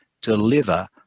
deliver